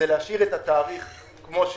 את התאריך כמו שהוא,